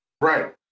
Right